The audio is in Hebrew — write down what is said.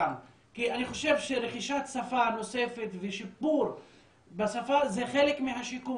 כי אני חושב שרכישת שפה נוספת ושיפור בשפה זה חלק מהשיקום